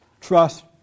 Trust